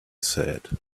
said